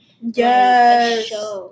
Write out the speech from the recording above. Yes